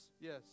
yes